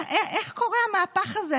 איך קורה המהפך הזה?